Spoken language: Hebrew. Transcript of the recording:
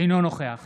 אינו נוכח